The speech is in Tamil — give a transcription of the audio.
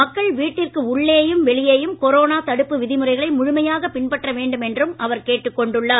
மக்கள் வீட்டிற்கு வெளியேயும் கொரோனா தடுப்பு விதிமுறைகளை உள்ளேயும் முழுமையாக பின்பற்ற வேண்டும் என்றும் அவர் கேட்டுக்கொண்டுள்ளார்